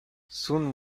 soon